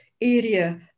area